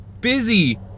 busy